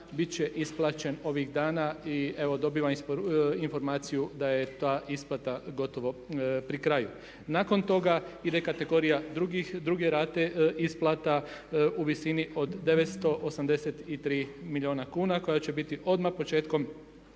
bit će isplaćen ovih dana i evo dobivam informaciju a je ta isplata gotovo pri kraju. Nakon toga ide kategorija druge rate isplata u visini od 983 milijuna kuna koja će biti odmah početkom